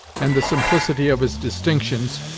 and the simplicity of his distinctions,